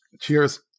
Cheers